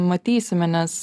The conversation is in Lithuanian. matysime nes